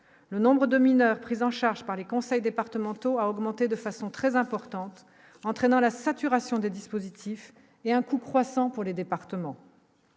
le nombre de mineurs pris en charge par les conseils départementaux, a augmenté de façon très importante entraînant la saturation des dispositifs et un coût croissant pour les départements,